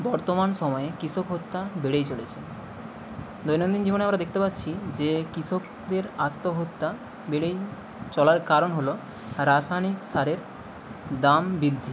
বর্তমান সময়ে কৃষক হত্যা বেড়েই চলেছে দৈনন্দিন জীবনে আমরা দেখতে পাচ্ছি যে কৃষকদের আত্মহত্যা বেড়েই চলার কারণ হলো রাসায়নিক সারের দাম বৃদ্ধি